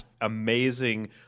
amazing